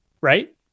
right